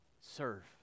serve